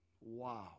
Wow